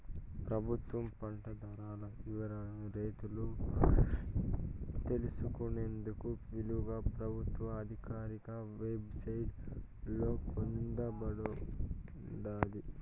ప్రభుత్వం పంట ధరల వివరాలను రైతులు తెలుసుకునేందుకు వీలుగా ప్రభుత్వ ఆధికారిక వెబ్ సైట్ లలో పొందుపరచబడి ఉంటాది